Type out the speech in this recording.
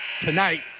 tonight